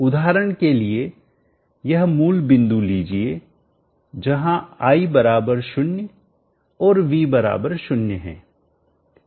उदाहरण के लिए यह मूल बिंदु लीजिए जहां i बराबर 0 और v बराबर 0 है